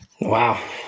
Wow